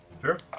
Sure